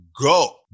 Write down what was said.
go